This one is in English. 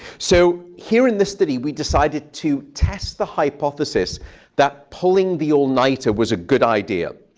so here in this study, we decided to test the hypothesis that pulling the all-nighter was a good idea.